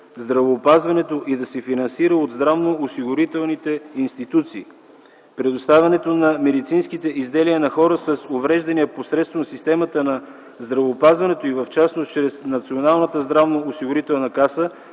здравеопазването и да се финансира от здравноосигурителните институции. Предоставянето на медицинските изделия на хората с увреждания посредством системата на здравеопазването и в частност чрез Националната здравноосигурителна каса